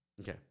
Okay